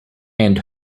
and